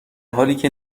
حالیکه